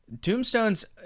Tombstones